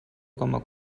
coma